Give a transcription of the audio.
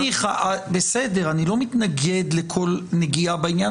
ניחא, בסדר, אני לא מתנגד לכל נגיעה בעניין.